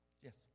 Yes